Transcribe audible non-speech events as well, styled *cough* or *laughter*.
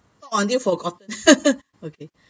talk until forgotten *laughs* okay